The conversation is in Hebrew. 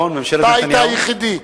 אתה היית היחיד.